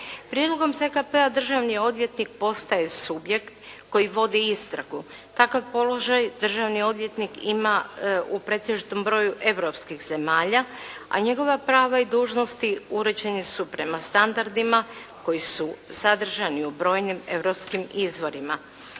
Prijedlogom ZKP-a državni odvjetnik postaje subjekt koji vodi istragu kakav položaj državni odvjetnik ima u pretežitom broju europskih zemalja, a njegova prava i dužnosti uređeni su prema standardima koji su sadržani u brojnim europskim izvorima.